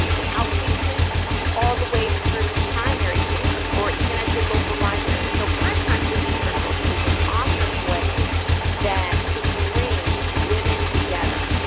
an outpatient all the way through primary care or even at your local library. so prime time sister circles is an awesome way that to bring women together.